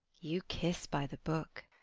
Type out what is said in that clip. you kiss by the book.